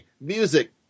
music